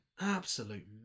absolute